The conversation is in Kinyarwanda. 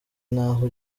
n’aho